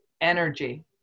energy